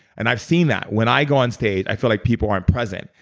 and i've seen that. when i go on stage, i feel like people aren't present.